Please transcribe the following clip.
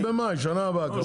אז במאי, שנה הבאה.